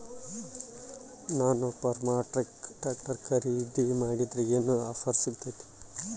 ನಾನು Farmtrac tractor ಖರೇದಿ ಮಾಡಿದ್ರೆ ಏನು ಆಫರ್ ಸಿಗ್ತೈತಿ?